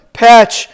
patch